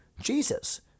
Jesus